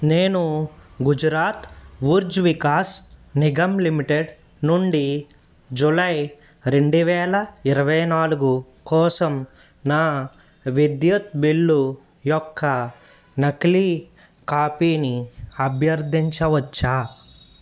నేను గుజరాత్ ఉర్జ్వికాస్ నిగమ్ లిమిటెడ్ నుండి జూలై రెండు వేల ఇరవై నాలుగు కోసం నా విద్యుత్ బిల్లు యొక్క నకిలీ కాపీని అభ్యర్థించవచ్చా